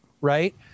right